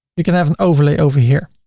you can have an overlay over here.